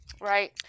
Right